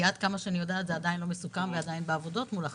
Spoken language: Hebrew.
כי עד כמה שאני יודעת זה עדיין לא מסוכם ועדיין בעבודות מול החשכ"ל.